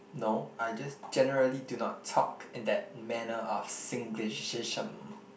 no I just generally do not talk in that manner of Singlish-ism